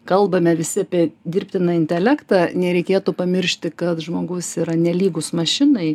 kalbame visi apie dirbtiną intelektą nereikėtų pamiršti kad žmogus yra nelygus mašinai